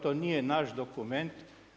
To nije naš dokument.